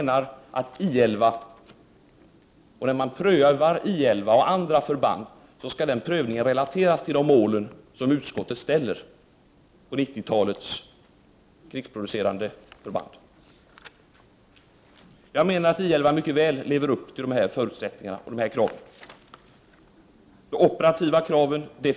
När man prövar I 11 och andra förband skall den prövningen, menar jag, relateras till de mål som utskottet ställer för 1990-talets krigsproducerande förband. Jag menar att I 11 mycket väl lever upp till de här kraven. Man lever definitivt upp till de operativa kraven.